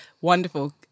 wonderful